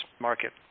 market